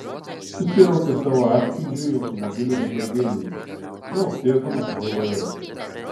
susiraukė savo atspindžiui automobilio veidrodėlyje vėl sėsdamas prie vairo